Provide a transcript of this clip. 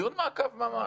דיון מעקב ממש.